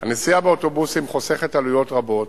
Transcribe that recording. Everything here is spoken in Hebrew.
הנסיעה באוטובוסים חוסכת עלויות רבות